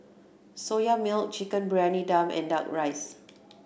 Soya Milk Chicken Briyani Dum and Duck Rice